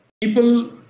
People